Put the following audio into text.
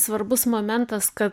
svarbus momentas kad